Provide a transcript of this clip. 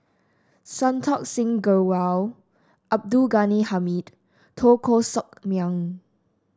Santokh Singh Grewal Abdul Ghani Hamid Teo Koh Sock Miang